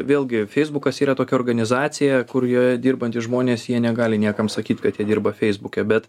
vėlgi feisbukas yra tokia organizacija kur joje dirbantys žmonės jie negali niekam sakyt kad jie dirba feisbuke bet